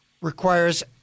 requires